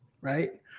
right